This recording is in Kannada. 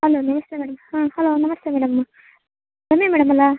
ಅಲೋ ನಮಸ್ತೇ ಮೇಡಮ್ ಹಾಂ ಹಲೋ ನಮಸ್ತೇ ಮೇಡಮ್ ರಮ್ಯ ಮೇಡಮ್ ಅಲ್ಲ